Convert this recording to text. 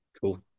Cool